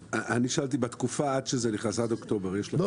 עד שזה ייכנס, עד אוקטובר, מה קורה?